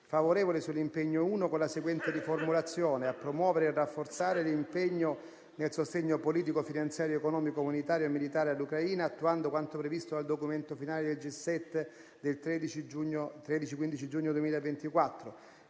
favorevole sull'impegno n. 1 con la seguente riformulazione: "a promuovere e rafforzare l'impegno nel sostegno politico, finanziario, economico, umanitario e militare all'Ucraina, attuando quanto previsto dal documento finale del G7 italiano del 13-15 giugno 2024;".